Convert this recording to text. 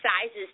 sizes